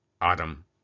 Adam